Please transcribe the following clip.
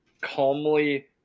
calmly